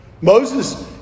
Moses